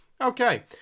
Okay